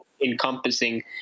encompassing